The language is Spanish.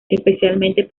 especialmente